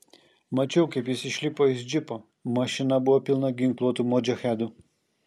mačiau kaip jis išlipo iš džipo mašina buvo pilna ginkluotų modžahedų